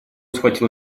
схватил